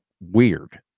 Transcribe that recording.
weird